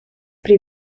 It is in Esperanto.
pri